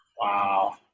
Wow